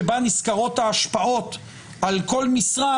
שבה נסקרות ההשפעות על כל משרד,